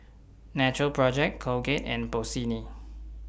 Natural Project Colgate and Bossini